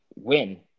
win